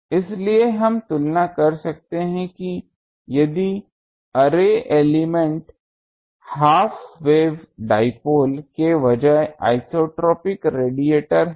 इसलिए हम तुलना कर सकते हैं कि यदि array element half wave dipole के बजाय आइसोट्रोपिक रेडिएटर हैं